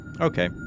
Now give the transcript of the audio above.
Okay